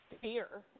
fear